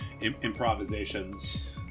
improvisations